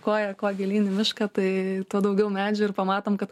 koją kuo gilyn į mišką tai tuo daugiau medžių ir pamatom kad